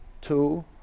two